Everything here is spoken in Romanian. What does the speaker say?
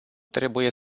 trebuie